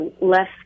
less